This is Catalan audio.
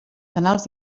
canals